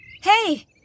Hey